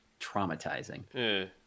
traumatizing